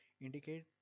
indicate